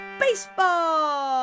Baseball